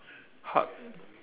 hut